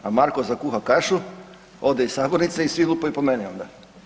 A Marko zakuha kašu, ode iz sabornice i svi lupaju po meni onda.